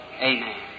amen